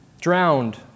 drowned